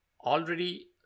already